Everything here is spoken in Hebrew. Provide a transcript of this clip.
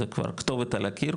זה כבר כתובת על הקיר,